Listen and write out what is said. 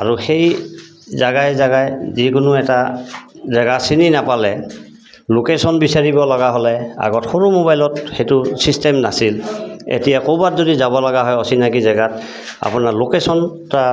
আৰু সেই জেগাই জেগাই যিকোনো এটা জেগা চিনি নাপালে লোকেশ্যন বিচাৰিব লগা হ'লে আগত সৰু মোবাইলত সেইটো ছিষ্টেম নাছিল এতিয়া ক'ৰবাত যদি যাব লগা হয় অচিনাকি জেগাত আপোনাৰ লোকেশ্যন এটা